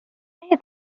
mehe